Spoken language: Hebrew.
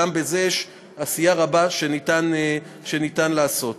וגם בזה יש עשייה רבה שאפשר לעשות.